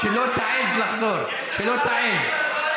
שלא תעז לחזור, שלא תעז.